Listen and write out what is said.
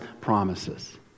promises